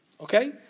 Okay